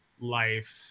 life